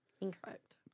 Incorrect